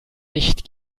nicht